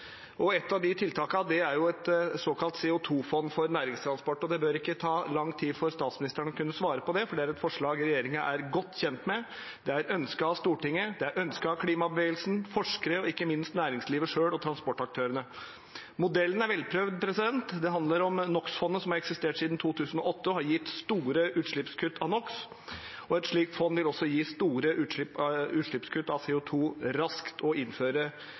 av de tiltakene er et såkalt CO 2 -fond for næringstransport. Det bør ikke ta lang tid for statsministeren å kunne svare på dette, for det er et forslag regjeringen er godt kjent med, det er ønsket av Stortinget, klimabevegelsen og forskere, og ikke minst næringslivet selv og transportaktørene. Modellen er velprøvd, det handler om NO x -fondet, som har eksistert siden 2008 og gitt store utslippskutt av NO x . Et slikt fond vil gi store utslippskutt av CO 2 raskt